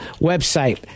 website